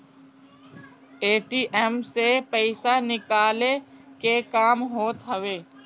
ATM से पईसा निकाले के काम होत हवे